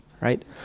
right